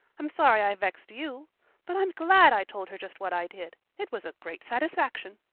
i'm sorry i've vexed you but i'm glad i told her just what i did. it was a great satisfaction.